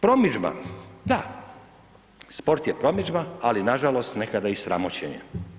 Promidžba da, sport je promidžba ali nažalost nekada i sramoćenje.